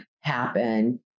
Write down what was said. happen